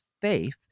faith